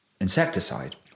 insecticide